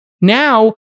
now